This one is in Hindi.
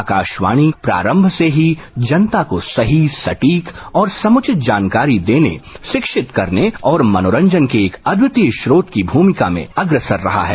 आकाशवाणी प्रारंभ से ही जनता को सही सटीक और समुचित जानकारी देने शिक्षित करने और मनोरंजन के अद्वितीय स्रोत की भूमिका में अग्रसर रहा है